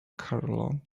carlo